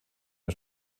der